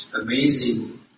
amazing